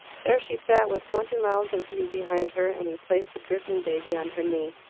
there she sat, with twenty miles of view behind her, and he placed the dripping baby on her knee.